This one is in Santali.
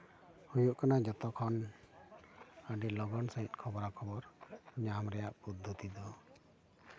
ᱦᱩᱭᱩᱜ ᱠᱟᱱᱟ ᱡᱚᱛᱚᱠᱷᱚᱱ ᱟᱹᱰᱤ ᱞᱚᱜᱚᱱ ᱥᱟᱹᱦᱤᱡ ᱠᱷᱚᱵᱨᱟ ᱠᱷᱚᱵᱚᱨ ᱧᱟᱢ ᱨᱮᱭᱟᱜ ᱯᱚᱫᱽᱫᱷᱚᱛᱤ ᱫᱚ